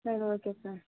சரி okay sir